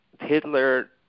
Hitler